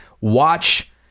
watch